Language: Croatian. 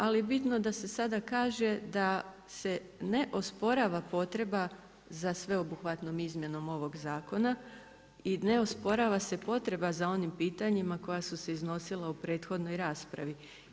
Ali je bitno da se sada kaže da se ne osporava potreba za sveobuhvatnom izmjenom ovog zakona i ne osporava se potreba za onim pitanjima koja su se iznosila u prethodnoj raspravi.